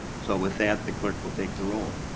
so with that the clerk will take the roll.